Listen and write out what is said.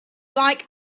like